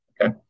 Okay